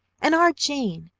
and our jane!